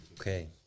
Okay